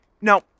Now